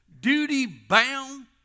duty-bound